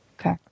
okay